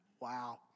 Wow